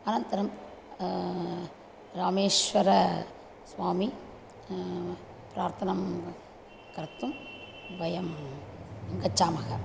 अनन्तरं रामेश्वरस्वामिन् प्रार्थनां कर्तुं वयं गच्छामः